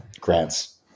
grants